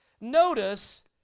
Notice